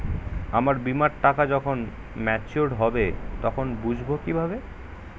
আমার বীমার টাকা যখন মেচিওড হবে তখন বুঝবো কিভাবে?